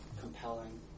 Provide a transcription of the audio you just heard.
compelling